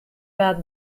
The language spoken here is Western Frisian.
waard